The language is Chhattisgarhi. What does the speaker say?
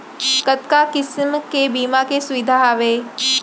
कतका किसिम के बीमा के सुविधा हावे?